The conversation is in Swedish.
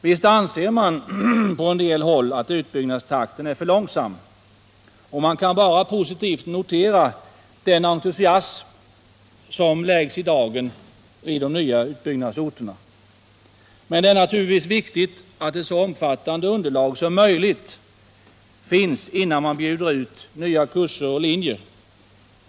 Visst anser man på en del håll att utbyggnadstakten är för långsam, och man kan positivt notera den entusiasm som läggs i dagen på de nya utbyggnadsorterna. Det är naturligtvis viktigt att ett så omfattande underlag som möjligt finns innnan man bjuder ut nya kurser och linjer.